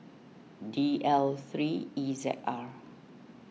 D L three E Z R